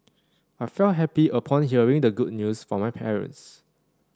I felt happy upon hearing the good news from my parents